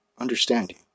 understanding